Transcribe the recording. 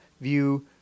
view